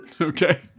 Okay